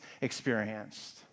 experienced